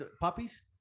Puppies